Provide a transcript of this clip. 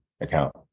account